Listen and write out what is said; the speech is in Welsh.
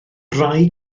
rai